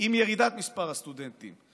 עם ירידת מספר הסטודנטים.